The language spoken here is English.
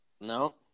No